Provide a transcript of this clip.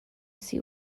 see